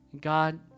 God